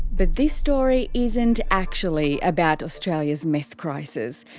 but this story isn't actually about australia's meth crisis.